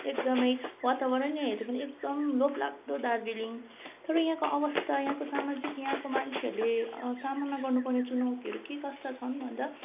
एकदमै वातावरणीय हेर्दा पनि एकदम लोभलाग्दो दार्जिलिङ तर यहाँको अवस्थाको यहाँको सामाजिक यहाँको मान्छेहरूले सामना गर्नुपर्ने चुनौतीहरू के कस्ता छन् भन्दा